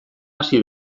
hasi